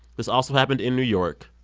this also happened in new york.